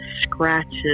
scratches